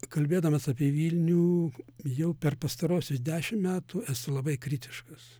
kalbėdamas apie vilnių jau per pastaruosius dešim metų esu labai kritiškas